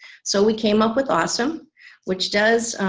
so we came up with awesome which does